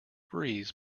breeze